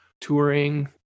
touring